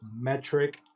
metric